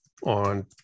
On